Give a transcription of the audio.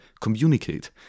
communicate